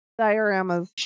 dioramas